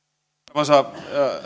arvoisa